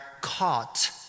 caught